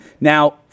Now